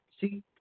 See